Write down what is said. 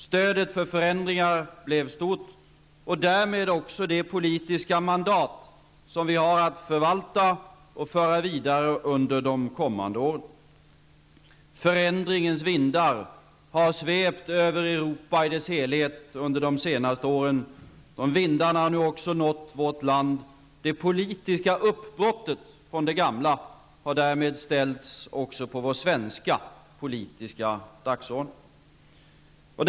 Stödet för förändringar blev stort och därmed också det politiska mandat som vi har att förvalta och föra vidare under de kommande åren. Förändringens vindar har svept över Europa i dess helhet under de senaste åren. De vindarna har nu också nått vårt land. Det politiska uppbrottet från det gamla har därmed också ställts på den svenska politiska dagordningen.